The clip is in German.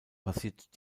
passiert